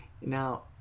Now